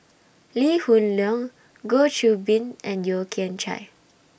Lee Hoon Leong Goh Qiu Bin and Yeo Kian Chye